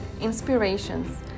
inspirations